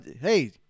Hey